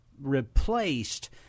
replaced